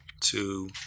two